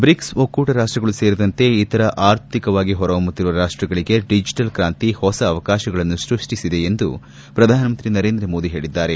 BRICS ಒಕ್ಕೂಟ ರಾಷ್ಸಗಳು ಸೇರಿದಂತೆ ಇತರ ಆರ್ಥಿಕವಾಗಿ ಹೊರಹೊಮುತ್ತಿರುವ ರಾಷ್ಸಗಳಿಗೆ ಡಿಜೆಟಲ್ ಕ್ರಾಂತಿ ಹೊಸ ಅವಕಾಶಗಳನ್ನು ಸೃಷ್ಟಿಸಿದೆ ಎಂದು ಪ್ರಧಾನಮಂತ್ರಿ ನರೇಂದ್ರ ಮೋದಿ ಹೇಳಿದ್ದಾರೆ